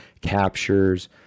captures